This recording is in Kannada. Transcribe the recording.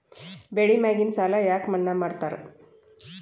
ಬೆಳಿ ಮ್ಯಾಗಿನ ಸಾಲ ಯಾಕ ಮನ್ನಾ ಮಾಡ್ತಾರ?